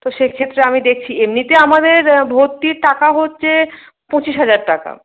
তো সেক্ষেত্রে আমি দেখছি এমনিতে আমাদের ভর্তির টাকা হচ্ছে পঁচিশ হাজার টাকা